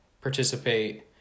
participate